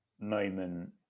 moment